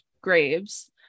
graves